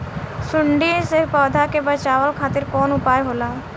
सुंडी से पौधा के बचावल खातिर कौन उपाय होला?